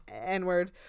n-word